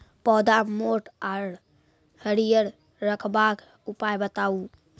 पौधा मोट आर हरियर रखबाक उपाय बताऊ?